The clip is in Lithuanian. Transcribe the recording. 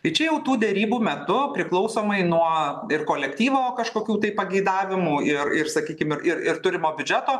tai čia jau tų derybų metu priklausomai nuo ir kolektyvo kažkokių tai pageidavimų ir ir sakykim ir ir turimo biudžeto